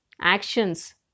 actions